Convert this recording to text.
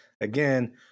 again